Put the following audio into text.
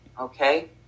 okay